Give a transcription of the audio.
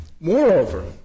Moreover